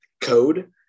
code